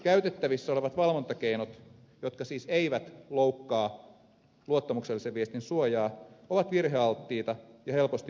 käytettävissä olevat valvontakeinot jotka siis eivät loukkaa luottamuksellisen viestin suojaa ovat virhealttiita ja helposti manipuloitavissa